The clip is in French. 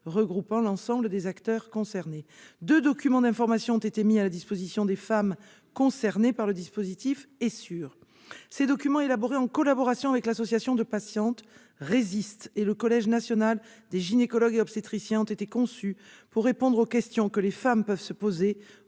regroupant l'ensemble des acteurs concernés. Deux documents d'information ont été mis à la disposition des femmes concernées par le dispositif Essure. Élaborés en collaboration avec l'association de patientes Resist et le Collège national des gynécologues et obstétriciens français, ils ont été conçus pour répondre aux questions que les femmes peuvent se poser